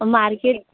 वो मार्केट